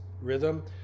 rhythm